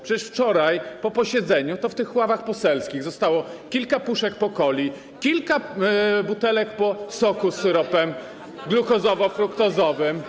Przecież wczoraj, po posiedzeniu, w ławach poselskich zostało kilka puszek po coli, kilka butelek po soku z syropem glukozowo-fruktozowym.